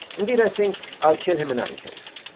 indeed i think i'll kill him in any case.